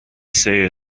said